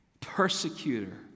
persecutor